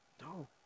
No